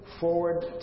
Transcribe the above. forward